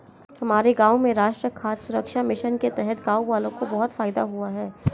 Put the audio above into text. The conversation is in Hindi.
हमारे गांव में राष्ट्रीय खाद्य सुरक्षा मिशन के तहत गांववालों को बहुत फायदा हुआ है